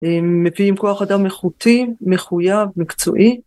מביאים כוח אדם איכותי מחויב מקצועי